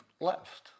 left